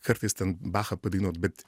kartais ten bachą padainuot bet